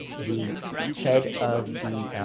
the head of the